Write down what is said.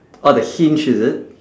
orh the hinge is it